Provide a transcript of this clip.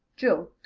jill.